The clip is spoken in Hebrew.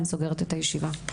אני סוגרת את הישיבה.